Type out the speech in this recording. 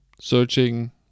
Searching